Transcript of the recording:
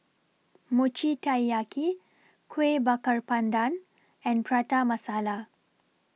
Mochi Taiyaki Kueh Bakar Pandan and Prata Masala